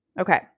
Okay